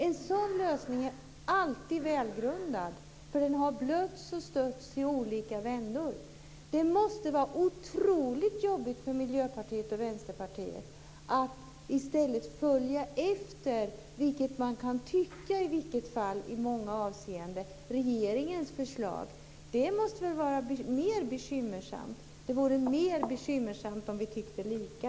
En sådan lösning är alltid välgrundad eftersom det hela stötts och blötts i olika vändor. Det måste vara otroligt jobbigt för Miljöpartiet och Vänsterpartiet att i stället följa, som det i många avseenden kan tyckas, regeringens förslag. Det måste väl vara mer bekymmersamt. Det vore faktiskt mer bekymmersamt om vi tyckte lika.